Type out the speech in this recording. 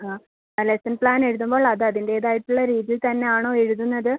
ആ ലെസ്സൺ പ്ലാനെഴുതുമ്പോൾ അതതിൻറ്റേതായിട്ടുള്ള രീതീൽ തന്നാണോ എഴുതുന്നത്